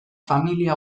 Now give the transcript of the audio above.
familia